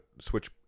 Switch